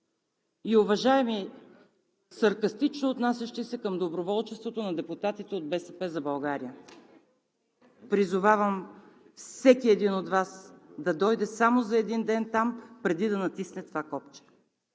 И, уважаеми, саркастично отнасящи се към доброволчеството на депутатите от „БСП за България“, призовавам всеки един от Вас да дойде само за един ден там преди да натисне това копче,